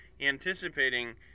anticipating